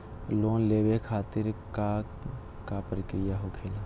Loan लेवे खातिर का का प्रक्रिया होखेला?